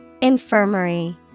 Infirmary